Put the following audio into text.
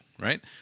right